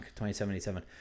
2077